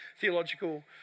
theological